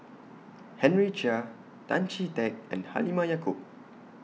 Henry Chia Tan Chee Teck and Halimah Yacob